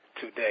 today